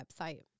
website